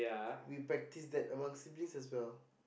we practice that among siblings as well